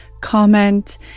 comment